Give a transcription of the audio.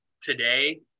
Today